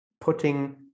putting